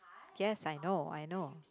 yes I know I know